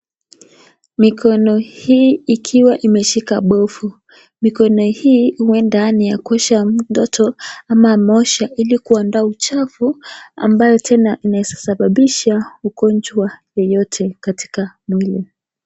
Mikono hii ikiwa imeshika bofu. Mikono hii huenda ni ya kuosha mtoto ama ameosha ili kuanda uchafu ambayo tena inaweza sababisha ugonjwa wowote katika mwili.